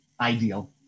ideal